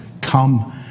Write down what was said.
come